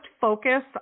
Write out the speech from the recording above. focus